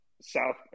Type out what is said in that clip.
South